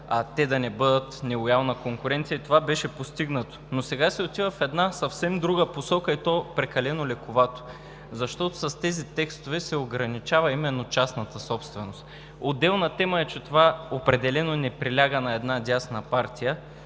а да не бъдат нелоялна конкуренция. Това беше постигнато. Сега се отива в една съвсем друга посока, и то прекалено лековато, защото с тези текстове се ограничава именно частната собственост. Отделна тема е, че това определено не приляга на една дясна партия,